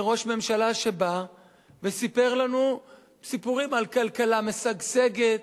זה ראש ממשלה שבא וסיפר לנו סיפורים על כלכלה משגשגת,